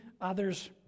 others